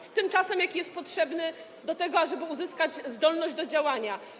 z tym czasem, jaki jest potrzebny do tego, ażeby uzyskać zdolność do działania.